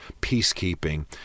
peacekeeping